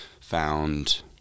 found